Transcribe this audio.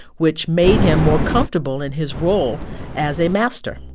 which made him more comfortable in his role as a master